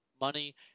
money